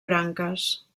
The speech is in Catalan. branques